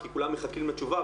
כי כולם מחכים לתשובה,